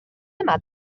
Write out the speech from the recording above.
yma